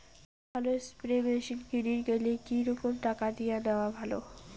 ভালো spray machine কিনির গেলে কি রকম টাকা দিয়া নেওয়া ভালো?